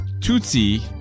Tootsie